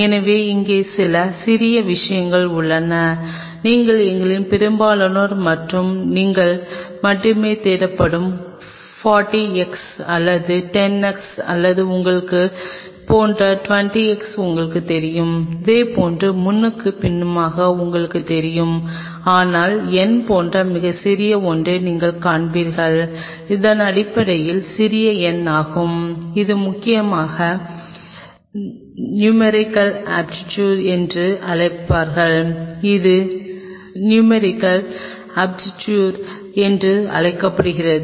எனவே இங்கே சில சிறிய விஷயங்கள் உள்ளன நீங்கள் எங்களில் பெரும்பாலோர் மற்றும் நீங்கள் மட்டுமே தேடும் 40 x அல்லது 10 x அல்லது உங்களைப் போன்ற 20 x உங்களுக்குத் தெரியும் அதேபோல் முன்னும் பின்னுமாக உங்களுக்குத் தெரியும் ஆனால் n போன்ற மிகச் சிறிய ஒன்றை நீங்கள் காண்பீர்கள் இது அடிப்படையில் சிறிய n ஆகும் இது முக்கியமாக நுமெரிக்கல் அபேர்சர் என்று அழைக்கப்படுகிறது இது நுமெரிக்கல் அபேர்சர் என்று அழைக்கப்படுகிறது